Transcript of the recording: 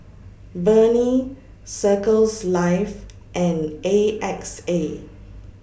Burnie Circles Life and A X A